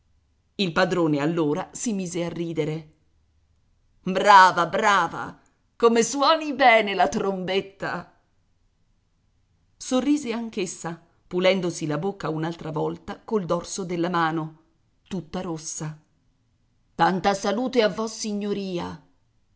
il padrone allora si mise a ridere brava brava come suoni bene la trombetta sorrise anch'essa pulendosi la bocca un'altra volta col dorso della mano tutta rossa tanta salute a vossignoria